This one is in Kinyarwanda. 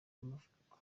y’amavuko